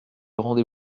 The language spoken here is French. rendez